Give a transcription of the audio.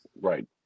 Right